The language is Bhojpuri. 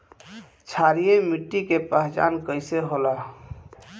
क्षारीय मिट्टी के पहचान कईसे होला?